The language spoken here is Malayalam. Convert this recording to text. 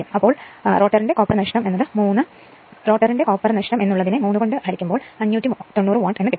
അപ്പോൾ റോട്ടോറിന്റെ കോപ്പർ നഷ്ടം എന്ന് ഉള്ളത് 3 ചെയുമ്പോൾ 590 വാട്ട് എന്ന് കിട്ടും